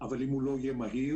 אבל אם הוא לא יהיה מהיר,